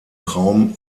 raum